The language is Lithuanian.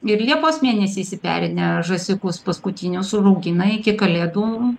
ir liepos mėnesį išsiperinę žąsiukus paskutinius užaugina iki kalėdų